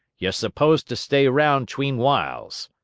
you're s'posed to stay round tween whiles.